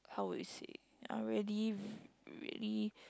how would you say are really v~ really